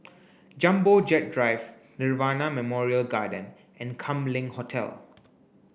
Jumbo Jet Drive Nirvana Memorial Garden and Kam Leng Hotel